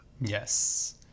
Yes